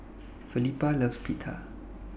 Felipa loves Pita